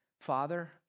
Father